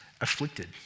afflicted